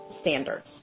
standards